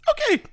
Okay